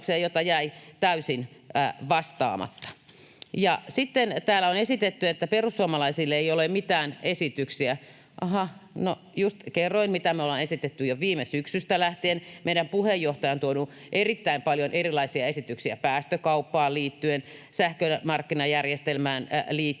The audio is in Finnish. joita jäi täysin vastaamatta. Ja sitten täällä on esitetty, että perussuomalaisilla ei ole mitään esityksiä. Aha. No, just kerroin, mitä me ollaan esitetty jo viime syksystä lähtien. Meidän puheenjohtajamme on tuonut erittäin paljon erilaisia esityksiä päästökauppaan liittyen, sähkön markkinajärjestelmään liittyen,